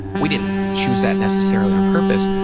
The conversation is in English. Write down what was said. we didn't choose that necessarily on purpose.